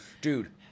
dude